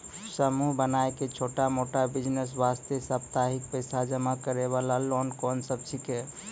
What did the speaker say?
समूह बनाय के छोटा मोटा बिज़नेस वास्ते साप्ताहिक पैसा जमा करे वाला लोन कोंन सब छीके?